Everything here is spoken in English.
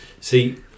See